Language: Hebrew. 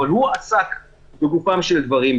אבל הוא עסק לגופם של דברים,